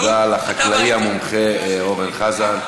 תודה לחקלאי המומחה אורן חזן.